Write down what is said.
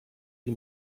die